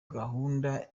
gahunda